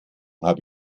habe